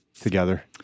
together